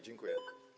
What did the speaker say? Dziękuję.